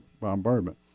bombardment